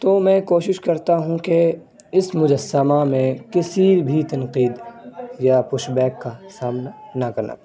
تو میں کوشش کرتا ہوں کہ اس مجسمہ میں کسی بھی تنقید یا پش بیک کا سامنا نہ کرنا پڑے